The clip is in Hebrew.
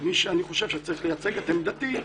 מי שאני חושב שצריך לייצג את עמדתי,